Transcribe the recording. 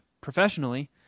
professionally